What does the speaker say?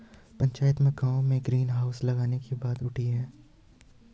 पंचायत में गांव में ग्रीन हाउस लगाने की बात उठी हैं